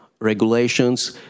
regulations